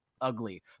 ugly